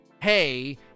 hey